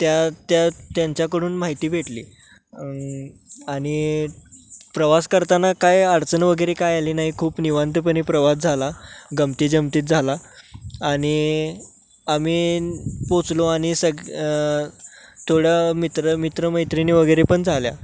त्या त्या त्यांच्याकडून माहिती भेटली आणि प्रवास करताना काय अडचण वगैरे काय आली नाही खूप निवांतपणे प्रवास झाला गमती जमतीत झाला आणि आम्ही पोचलो आणि सग थोडं मित्र मित्रमैत्रिणी वगैरे पण झाल्या